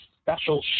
special